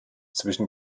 zwischen